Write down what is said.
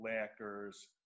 lacquers